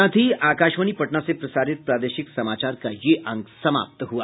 इसके साथ ही आकाशवाणी पटना से प्रसारित प्रादेशिक समाचार का ये अंक समाप्त हुआ